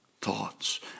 thoughts